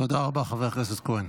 תודה רבה, חבר הכנסת כהן.